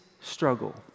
struggle